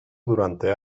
durante